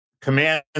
command